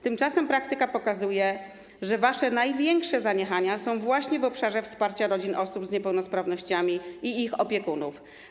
Tymczasem praktyka pokazuje, że wasze największe zaniechania są właśnie w obszarze wsparcia rodzin osób z niepełnosprawnościami i ich opiekunów.